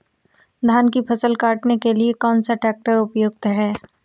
धान की फसल काटने के लिए कौन सा ट्रैक्टर उपयुक्त है?